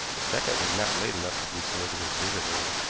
the second was not late enough to be seligmann's visitor,